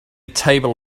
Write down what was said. table